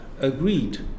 agreed